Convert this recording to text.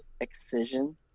Excision